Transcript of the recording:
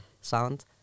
sound